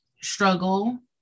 struggle